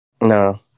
No